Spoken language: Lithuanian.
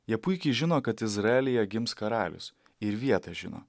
jie puikiai žino kad izraelyje gims karalius ir vietą žino